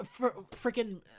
freaking